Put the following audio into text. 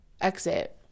exit